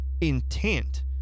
intent